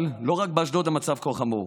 אבל לא רק באשדוד המצב כה חמור.